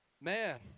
Man